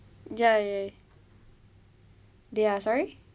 ya ya they are sorry